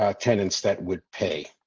ah tenants that would pay.